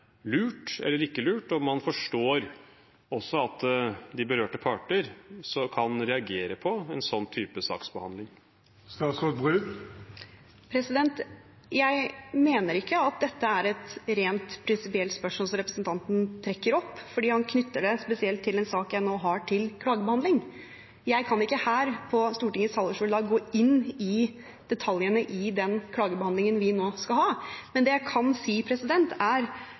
lurt eller ikke lurt? Og forstår man også at de berørte parter kan reagere på en saksbehandling av denne typen? Jeg mener ikke at dette er et rent prinsipielt spørsmål som representanten trekker opp, for han knytter det spesielt til en sak jeg nå har til klagebehandling. Jeg kan ikke her på Stortingets talerstol da gå inn i detaljene i den klagebehandlingen vi nå skal ha. Men det jeg kan si – som jeg også nevnte på talerstolen i stad – er